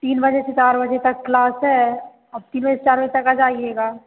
तीन बजे से चार बजे तक क्लास है आप तीन बजे से चार बजे तक आ जाइएगा